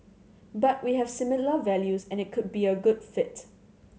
but we have similar values and it could be a good fit